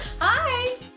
Hi